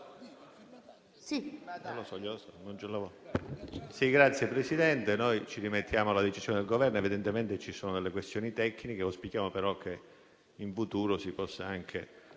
Presidente, noi ci rimettiamo alla decisione del Governo. Evidentemente ci sono delle questioni tecniche. Auspichiamo però che in futuro si possa